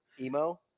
emo